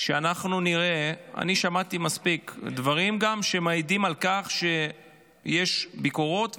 ------ אני שמעתי מספיק דברים שמעידים על כך שיש ביקורות,